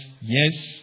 yes